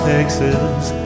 Texas